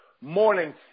morning